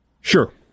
Sure